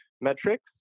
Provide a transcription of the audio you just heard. metrics